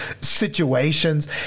situations